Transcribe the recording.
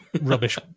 Rubbish